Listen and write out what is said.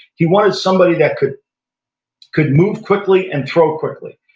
he wanted somebody that could could move quickly and throw quickly.